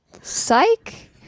Psych